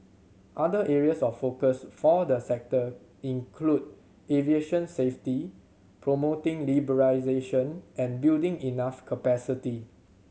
other areas of focus for the sector include aviation safety promoting liberalisation and building enough capacity